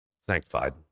sanctified